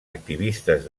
activistes